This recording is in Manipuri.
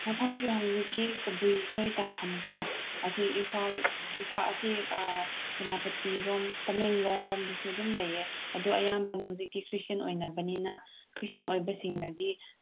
ꯃꯐꯝꯁꯦ ꯍꯧꯖꯤꯛꯀꯤ ꯀꯕꯨꯏꯈꯣꯏ ꯇꯥꯐꯝꯀꯣ ꯑꯁꯤ ꯏꯝꯐꯥꯜ ꯏꯝꯐꯥꯜ ꯑꯁꯤ ꯁꯦꯅꯥꯄꯇꯤꯔꯣꯝ ꯇꯃꯦꯡꯂꯣꯡꯔꯣꯝꯗꯁꯨ ꯑꯗꯨꯝ ꯂꯩꯌꯦ ꯑꯗꯨ ꯑꯌꯥꯝꯕꯅ ꯍꯧꯖꯤꯛꯀꯤ ꯈ꯭ꯔꯤꯏꯁꯇꯦꯟ ꯑꯣꯏꯅꯕꯅꯤꯅ ꯈ꯭ꯔꯤꯁꯇꯦꯟ ꯑꯣꯏꯕꯁꯤꯡꯅꯗꯤ